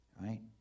Right